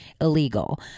illegal